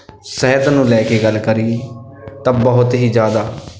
ਸਿਹਤ ਨੂੰ ਲੈ ਕੇ ਗੱਲ ਕਰੀ ਤਾਂ ਬਹੁਤ ਹੀ ਜ਼ਿਆਦਾ